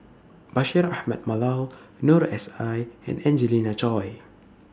Bashir Ahmad Mallal Noor S I and Angelina Choy